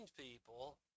people